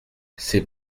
ces